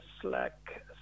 slack